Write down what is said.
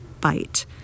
bite